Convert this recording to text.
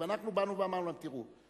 ואנחנו באנו ואמרנו: תראו,